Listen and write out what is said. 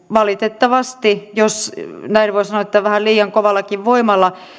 valitettavasti jos näin voi sanoa vähän liian kovallakin voimalla